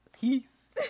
peace